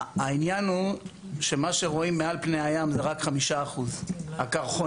העניין הוא שמה שרואים מעל פני הים זה רק 5%. הקרחונים,